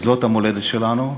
זאת המולדת שלנו,